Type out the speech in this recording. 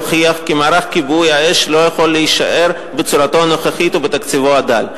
הוכיח כי מערך כיבוי האש לא יכול להישאר בצורתו הנוכחית ובתקציבו הדל.